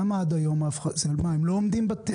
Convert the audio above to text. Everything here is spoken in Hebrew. למה עד היום אף אחד מה הם לא עומדים ב...?